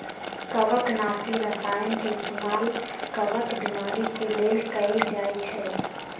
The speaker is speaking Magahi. कवकनाशी रसायन के इस्तेमाल कवक बीमारी के लेल कएल जाई छई